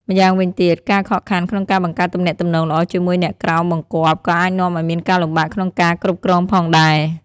ម្យ៉ាងវិញទៀត ការខកខានក្នុងការបង្កើតទំនាក់ទំនងល្អជាមួយអ្នកក្រោមបង្គាប់ក៏អាចនាំឱ្យមានការលំបាកក្នុងការគ្រប់គ្រងផងដែរ។